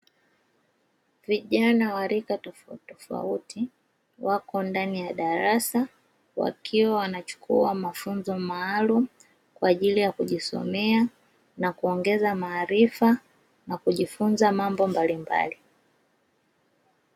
Vijana wa rika tofauti tofauti wako ndani ya darasa wakiwa wanachukua mafunzo maalumu, kwa ajili ya kujisomea na kuongeza maarifa na kujifunza mambo mbalimbali.